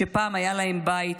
שפעם היה להם בית,